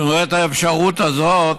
זאת אומרת, האפשרות הזאת,